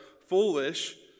foolish